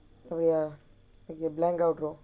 oh ya okay blank out row